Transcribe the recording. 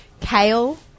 kale